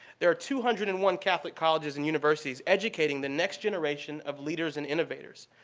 there are two hundred and one catholic colleges and universities educating the next generation of leaders and innovators.